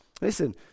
Listen